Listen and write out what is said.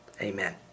Amen